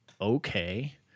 okay